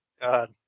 God